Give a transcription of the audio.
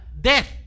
Death